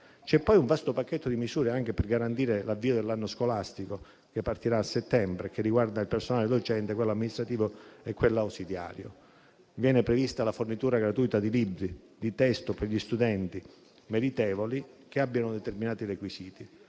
C'è poi un vasto pacchetto di misure volto a garantire l'avvio dell'anno scolastico, che partirà a settembre e che riguarda il personale docente, quello amministrativo e quello ausiliario. Viene prevista la fornitura gratuita dei libri di testo per gli studenti meritevoli che abbiano determinati requisiti,